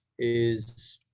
is,